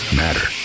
matter